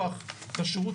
תרגישי טוב.